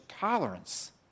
tolerance